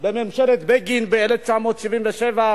בממשלת בגין ב-1977,